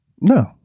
no